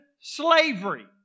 slavery